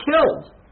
killed